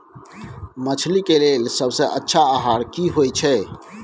मछली के लेल सबसे अच्छा आहार की होय छै?